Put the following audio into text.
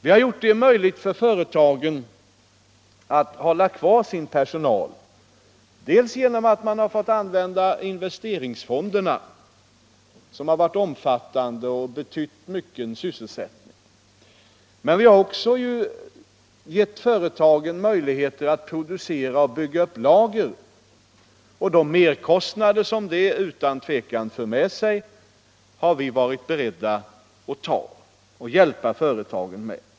Vi har gjort det möjligt för företagen att behålla sin personal, dels genom att man har fått använda investeringsfonderna —- som har varit omfattande och betytt mycket för sysselsättningen —, dels genom att ge företagen möjligheter att producera och bygga upp lager. De merkostnader som detta fört med sig har vi varit beredda att hjälpa företagen med.